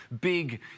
big